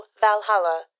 Valhalla